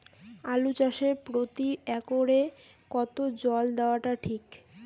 আলু চাষে প্রতি একরে কতো জল দেওয়া টা ঠিক?